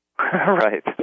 Right